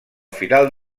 final